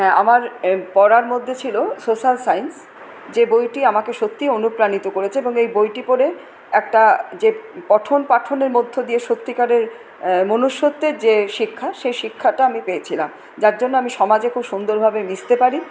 হ্যাঁ আমার পড়ার মধ্যে ছিল সোশাল সাইন্স যে বইটি আমাকে সত্যিই অনুপ্রাণিত করেছে এবং এই বইটি পড়ে একটা যে পঠন পাঠনের মধ্য দিয়ে সত্যিকারের মনুষ্যত্বের যে শিক্ষা সেই শিক্ষাটা আমি পেয়েছিলাম যার জন্য আমি সমাজে খুব সুন্দরভাবে মিশতে পারি